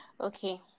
okay